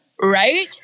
Right